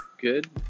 Good